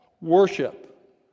worship